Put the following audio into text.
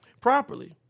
properly